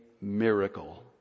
miracle